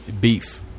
Beef